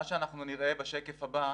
מה שאנחנו נראה בשקף הבא,